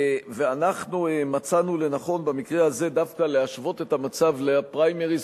ואנחנו מצאנו לנכון במקרה הזה דווקא להשוות את המצב לפריימריז,